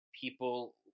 people